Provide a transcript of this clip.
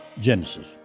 Genesis